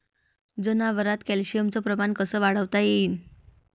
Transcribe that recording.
जनावरात कॅल्शियमचं प्रमान कस वाढवता येईन?